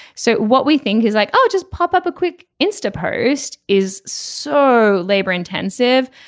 so what we think is like oh just pop up a quick insta post is so labor intensive.